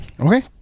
Okay